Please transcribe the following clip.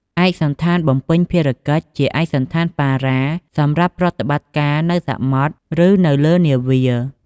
ឯកសណ្ឋានបំពេញភារកិច្ច ជាឯកសណ្ឋានប៉ារ៉ាសម្រាប់ប្រតិបត្តិការនៅសមុទ្រ ឬនៅលើនាវា។